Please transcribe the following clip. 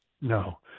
No